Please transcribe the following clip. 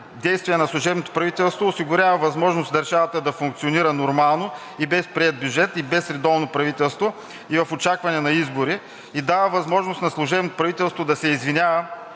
действие на служебното правителство осигурява възможност държавата да функционира нормално и без приет бюджет и без редовно правителство, в очакване на избори, и дава възможност на служебното правителство да се извинява